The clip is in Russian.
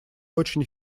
очень